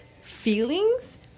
feelings